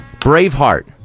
Braveheart